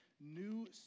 new